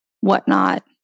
whatnot